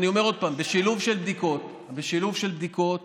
אני אומר שוב: בשילוב של בדיקות